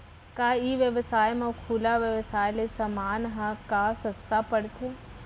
का ई व्यवसाय म खुला व्यवसाय ले समान ह का सस्ता पढ़थे?